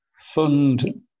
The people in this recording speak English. fund